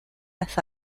las